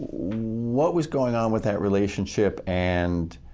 what was going on with that relationship, and